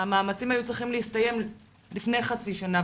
המאמצים היו צריכים להסתיים לפני חצי שנה,